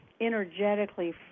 energetically